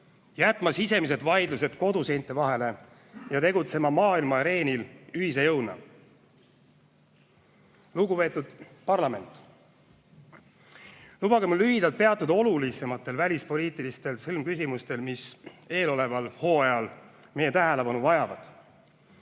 jätma sisemised vaidlused koduseinte vahele ja tegutsema maailmaareenil ühise jõuna. Lugupeetud parlament! Lubage mul lühidalt peatuda olulisematel välispoliitilistel sõlmküsimustel, mis eeloleval hooajal meie tähelepanu vajavad.